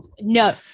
No